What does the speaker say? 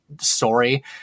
story